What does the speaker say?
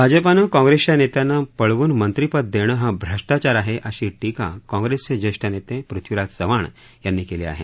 भाजपानं काँप्रेसच्या नेत्यांना पळवून मंत्री पद देणं हा भ्रष्टाचार आहे अशी टीका काँप्रेसचे ज्येष्ठ नेते पृथ्वीराज चव्हाण यांनी केली आहे